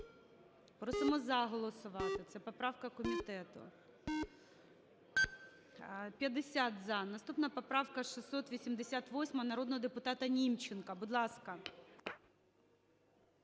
Просимо "за" голосувати, це поправка комітету. 11:41:30 За-50 Наступна поправка - 688-а, народного депутата Німченка. Будь ласка.